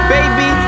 Baby